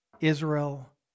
Israel